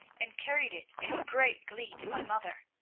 and carried it in great glee to my mother.